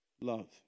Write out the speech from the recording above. Love